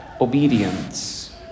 Obedience